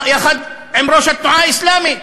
יחד עם ראש התנועה האסלאמית,